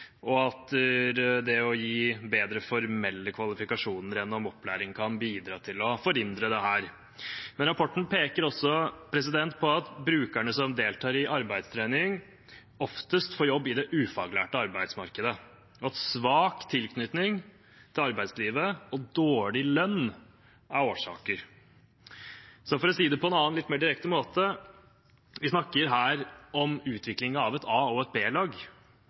og at det å gi bedre formelle kvalifikasjoner gjennom opplæring kan bidra til å forhindre dette. Men rapporten peker også på at brukerne som deltar i arbeidstrening, oftest får jobb i det ufaglærte arbeidsmarkedet, og at svak tilknytning til arbeidslivet og dårlig lønn er årsaker. Så for å si det på en annen og litt mer direkte måte: Vi snakker her om utvikling av et A- og et